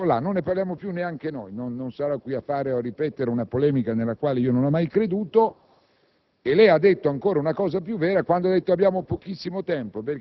Voi non parlate più della smilitarizzazione di Hezbollah, non lo facciamo più nemmeno noi; non starò qui a ripetere una polemica nella quale non ho mai creduto.